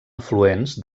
afluents